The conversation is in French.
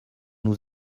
nous